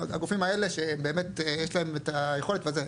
הגופים האלה שבאמת יש להם את היכולת וזה.